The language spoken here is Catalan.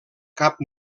cap